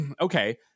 Okay